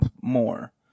more